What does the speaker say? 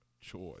choice